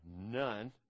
none